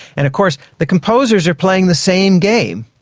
and of course the composers are playing the same game.